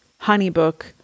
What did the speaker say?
HoneyBook